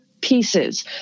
pieces